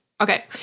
Okay